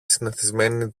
συνηθισμένη